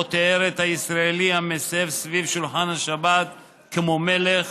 שבו תיאר את הישראלי המסב סביב שולחן השבת כמו מלך